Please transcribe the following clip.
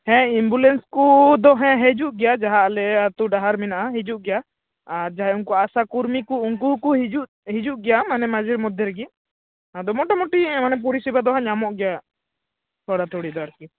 ᱦᱮᱸ ᱮᱢᱵᱩᱞᱮᱱᱥ ᱠᱚ ᱫᱚ ᱦᱮᱸ ᱦᱤᱡᱩᱜ ᱜᱮᱭᱟ ᱡᱟᱦᱟᱸ ᱟᱞᱮ ᱟᱛᱳ ᱰᱟᱦᱟᱨ ᱢᱮᱱᱟᱜᱼᱟ ᱦᱤᱡᱩᱜ ᱜᱮᱭᱟ ᱟᱨ ᱡᱟᱦᱟᱸᱭ ᱩᱱᱠᱩ ᱟᱥᱟ ᱠᱚᱨᱢᱤ ᱠᱚ ᱩᱱᱠᱩ ᱦᱚᱸᱠᱚ ᱦᱤᱡᱩᱜ ᱦᱤᱡᱩᱜ ᱜᱮᱭᱟ ᱢᱟᱱᱮ ᱢᱟᱡᱷᱮ ᱢᱚᱫᱽᱫᱷᱮ ᱨᱮᱜᱮ ᱟᱫᱚ ᱢᱳᱴᱟᱢᱩᱴᱤ ᱢᱟᱱᱮ ᱯᱚᱨᱤᱥᱮᱵᱟ ᱫᱚ ᱦᱟᱸᱜ ᱧᱟᱢᱚᱜ ᱜᱮᱭᱟ ᱛᱷᱚᱲᱟ ᱛᱷᱚᱲᱤ ᱫᱚ ᱟᱨᱠᱤ